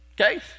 Okay